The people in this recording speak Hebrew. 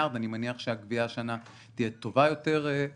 מיליארד ואני מניח שהגבייה השנה תהיה טובה יותר.